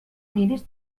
miris